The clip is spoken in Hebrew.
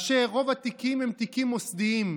ורוב התיקים הם תיקים מוסדיים,